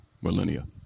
millennia